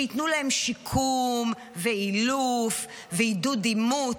שיתנו להם שיקום ואילוף ועידוד אימוץ,